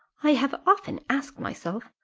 i have often asked myself,